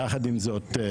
יחד עם זאת,